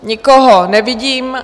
Nikoho nevidím.